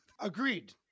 agreed